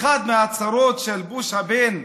באחת מההצהרות של בוש הבן,